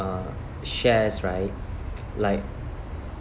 shares right like